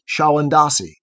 Shawandasi